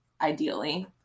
ideally